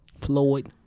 Floyd